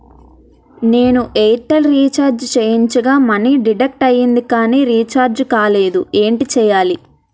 నేను Airtel recharge చేయించగా money deduct అయ్యింది కానీ రీఛార్జ్ కాలేదు ఏంటి చేయాలి?